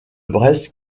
brest